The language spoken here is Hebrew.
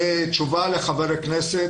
תשובה לחבר הכנסת.